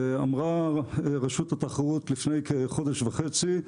אמרה רשות התחרות לפני כחודש וחצי,